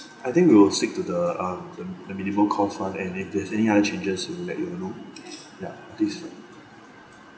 I think we will stick to the um the the minimum cost one and if there's any other changes we will let you know ya this